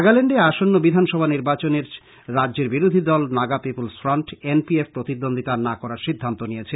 নাগাল্যান্ডে আসন্ন বিধানসভা নির্বাচনে রাজ্যের বিরোধী দল Naga people's front N P F প্রতিদ্বন্দিতা না করার সিদ্ধান্ত নিয়েছে